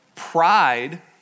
pride